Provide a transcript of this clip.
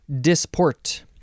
disport